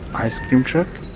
ice cream truck.